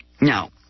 Now